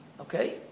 okay